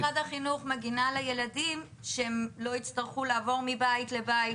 אבל איך משרד החינוך מגן על הילדים שהם לא יצטרכו לעבור מבית לבית,